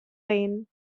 rehn